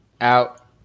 out